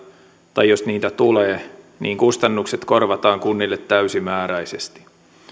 tai jos niitä tulee niin kustannukset korvataan kunnille täysimääräisesti